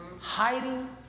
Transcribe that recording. Hiding